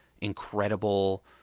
incredible